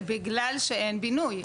בגלל שאין בינוי,